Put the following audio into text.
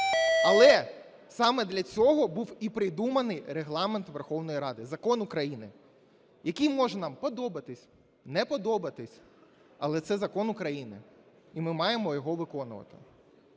Але саме для цього був і придуманий Регламент Верховної Ради України – Закон України. Який може нам подобатись, не подобатись, але це Закон України і ми маємо його виконувати.